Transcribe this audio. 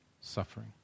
suffering